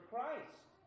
Christ